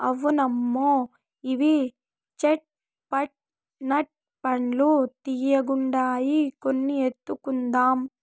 అవునమ్మా ఇవి చేట్ పట్ నట్ పండ్లు తీయ్యగుండాయి కొన్ని ఎత్తుకుందాం